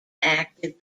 active